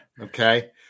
Okay